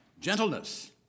Gentleness